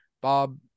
bob